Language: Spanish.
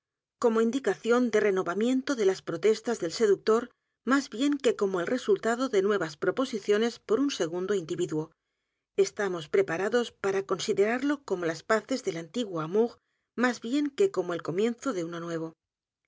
como indicación de renovamiento de las protestas del seductor más bien que como el resultado de nuevas proposiciones por un segundo individuo estamos preparados para considerarlo como las paces del antiguo amour más bien que como el comienzo de uno nuevo